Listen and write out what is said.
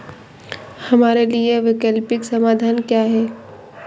हमारे लिए वैकल्पिक समाधान क्या है?